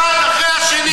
אחד אחרי השני.